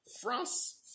France